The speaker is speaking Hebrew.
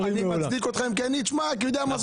אני מצדיק אתכם כי אני יודע מה זה אופוזיציה.